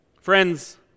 Friends